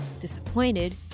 Disappointed